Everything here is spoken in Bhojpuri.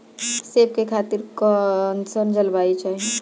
सेब के खेती खातिर कइसन जलवायु चाही?